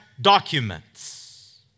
documents